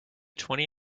twenty